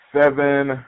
Seven